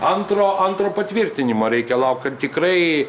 antro antro patvirtinimo reikia laukt kad tikrai